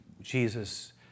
Jesus